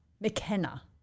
McKenna